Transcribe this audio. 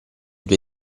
due